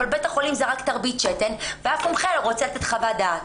אבל בית החולים זרק את תרבית השתן ואף מומחה לא רוצה לתת חוות דעת.